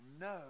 no